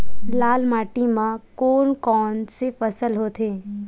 लाल माटी म कोन कौन से फसल होथे?